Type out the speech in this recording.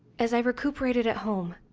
as i recuperated at home,